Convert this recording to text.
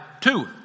two